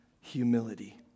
humility